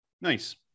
Nice